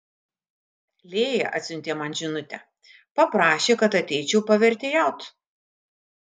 lėja atsiuntė man žinutę paprašė kad ateičiau pavertėjaut